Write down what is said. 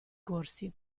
corsi